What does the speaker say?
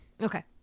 Okay